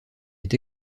est